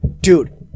Dude